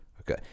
okay